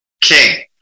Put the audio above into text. king